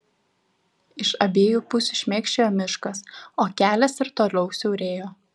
iš abiejų pusių šmėkščiojo miškas o kelias ir toliau siaurėjo